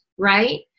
right